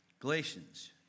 Galatians